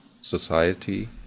society